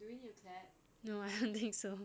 you mean you clap no I don't think so